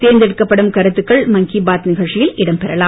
தேர்ந்தெடுக்கப்படும் கருத்துகள் மன் கீ பாத் நிகழ்ச்சியில் இடம் பெறலாம்